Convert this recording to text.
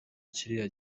kiriya